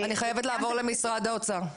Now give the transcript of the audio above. אני חייב לעבור למשרד האוצר.